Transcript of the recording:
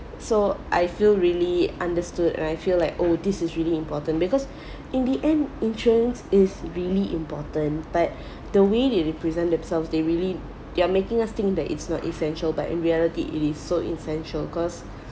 so I feel really understood and I feel like oh this is really important because in the end insurance is really important but the way they represent themselves they really they are making us think that it's not essential but in reality it is so essential cause